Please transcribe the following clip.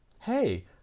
Hey